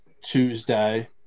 Tuesday